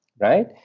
right